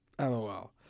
LOL